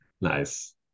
nice